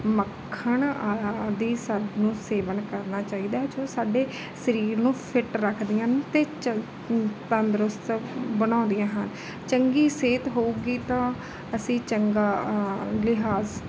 ਮੱਖਣ ਆਦਿ ਸਾਨੂੰ ਸੇਵਨ ਕਰਨਾ ਚਾਹੀਦਾ ਜੋ ਸਾਡੇ ਸਰੀਰ ਨੂੰ ਫਿੱਟ ਰੱਖਦੀਆਂ ਹਨ ਅਤੇ ਚ ਤੰਦਰੁਸਤ ਬਣਾਉਂਦੀਆਂ ਹਨ ਚੰਗੀ ਸਿਹਤ ਹੋਊਗੀ ਤਾਂ ਅਸੀਂ ਚੰਗਾ ਲਿਹਾਜ਼